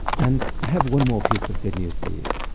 and i have one more piece of good news for you.